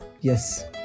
Yes